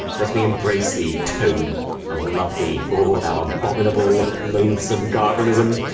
let me embrace thee, toad, and love thee, o thou abominable, loathsome gargarism,